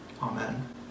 amen